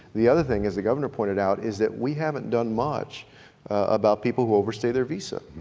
the other thing as the governor pointed out is that we haven't done much about people who overstay their visa,